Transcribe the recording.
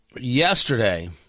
yesterday